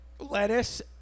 lettuce